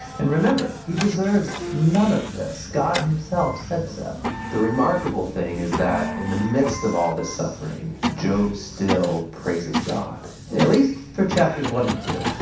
and remember he deserves none of this god himself said so the remarkable thing is that in the midst of all this suffering, job still praises god. at least for chapters one and two.